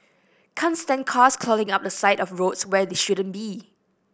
can't stand cars clogging up the side of roads where they shouldn't be